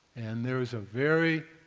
and there is a very,